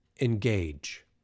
engage